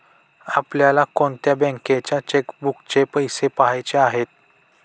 आपल्याला कोणत्या बँकेच्या चेकबुकचे पैसे पहायचे आहे?